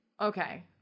okay